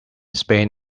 spain